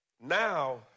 now